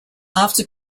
after